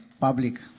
public